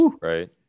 right